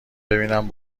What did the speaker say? ببینم